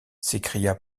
s’écria